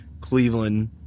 Cleveland